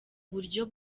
buryo